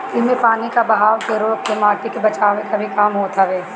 इमे पानी कअ बहाव के रोक के माटी के बचावे कअ भी काम होत हवे